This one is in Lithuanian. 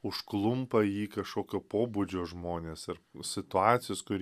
užklumpa jį kašokio pobūdžio žmonės ar situacijos kur